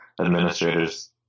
administrators